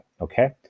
okay